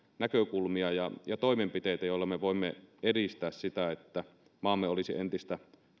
näkökulmia ja toimenpiteitä joilla me voimme edistää sitä että maamme olisi entistä